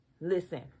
listen